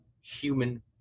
human